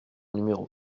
numéro